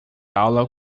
aula